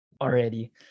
already